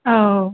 औ